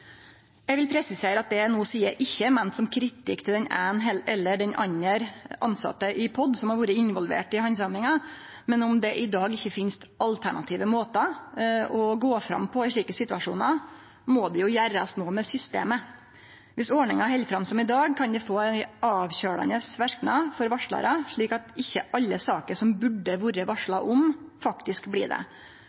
Eg vil presisere at det eg no seier, ikkje er meint som kritikk til den eine eller den andre tilsette i POD som har vore involvert i handsaminga. Men om det i dag ikkje finst alternative måtar å gå fram på i slike situasjonar, må det jo gjerast noko med systemet. Viss ordninga held fram som i dag, kan det få ein avkjølande verknad for varslarar, slik at ikkje alle saker som burde ha vore varsla om, faktisk blir det.